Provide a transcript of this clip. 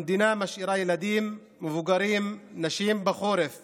המדינה משאריה ילדים, מבוגרים, נשים, בחורף